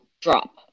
drop